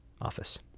office